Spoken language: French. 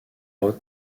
roth